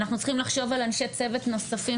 אנחנו צריכים לחשוב על אנשי צוות נוספים